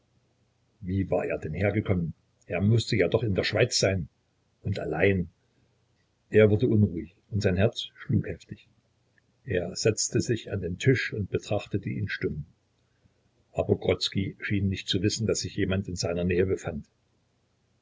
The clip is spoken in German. wie war er denn hergekommen er mußte ja doch jetzt in der schweiz sein und allein er wurde unruhig und sein herz schlug heftig er setzte sich an den tisch und betrachtete ihn stumm aber grodzki schien nicht zu wissen daß sich jemand in seiner nähe befand